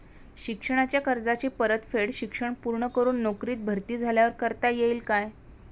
शिक्षणाच्या कर्जाची परतफेड शिक्षण पूर्ण करून नोकरीत भरती झाल्यावर करता येईल काय?